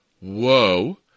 whoa